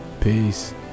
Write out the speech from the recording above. peace